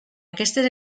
aquestes